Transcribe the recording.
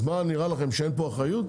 אז מה, נראה לכם שאין פה אחריות